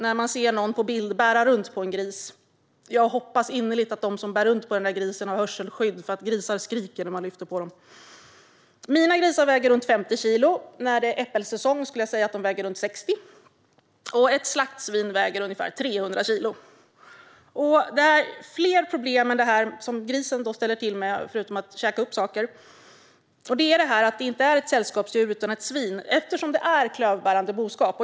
När jag ser en bild där någon bär runt på en gris hoppas jag innerligt att den som bär runt på grisen har hörselskydd; grisar skriker när man lyfter på dem. Mina grisar väger runt 50 kilo. När det är äppelsäsong väger de runt 60. Ett slaktsvin väger ungefär 300 kilo. Det finns flera problem som grisen kan ställa till med, förutom att käka upp saker. Det handlar om att grisen inte är ett sällskapsdjur utan ett svin. Det är ju klövbärande boskap.